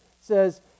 says